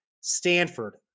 Stanford